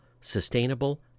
sustainable